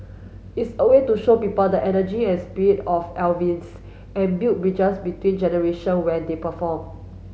it's a way to show people the energy and spirit of Elvis and build bridges between generation when they perform